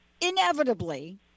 inevitably